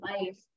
life